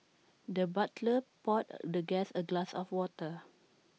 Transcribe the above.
the butler poured the guest A glass of water